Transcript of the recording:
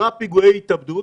עשרה פיגועי התאבדות